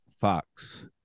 Fox